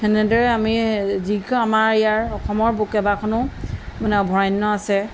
তেনেদৰে আমি যিক আমাৰ ইয়াৰ অসমৰ কেইবাখনো মানে অভয়াৰণ্য আছে